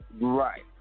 right